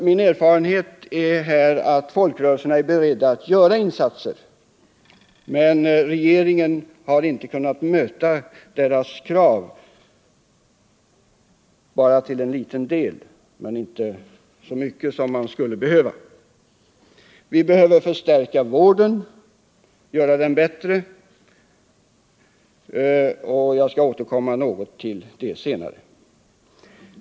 Min erfarenhet är att folkrörelserna är beredda att göra insatser, men regeringen har bara till en liten del kunnat tillgodose deras krav och inte alls i den utsträckning som skulle vara nödvändig. Vi behöver förstärka vården och göra den bättre — jag skall återkomma till det senare.